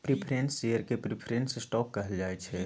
preference share केँ preference stock कहल जाइ छै